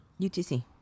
UTC